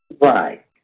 Right